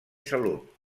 salut